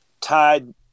tied